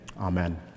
amen